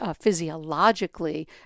physiologically